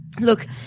Look